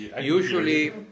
Usually